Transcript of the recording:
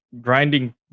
grinding